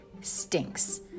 stinks